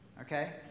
Okay